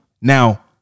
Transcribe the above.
Now